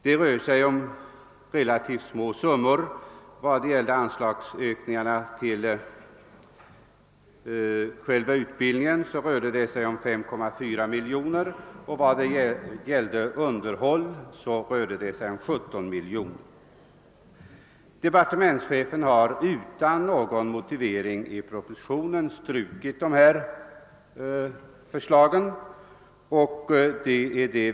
Det rör sig om relativt små summor — anslagen till utbildningen skulle ökas med 5,4 miljoner och anslagen till underhåll med 17 miljoner. Departementschefen har utan någon motivering i propositionen strukit dessa förslag.